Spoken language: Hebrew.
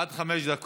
בבקשה, עד חמש דקות.